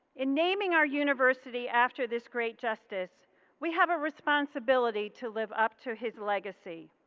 in naming our university after this great justice we have a responsibility to live up to his legacy.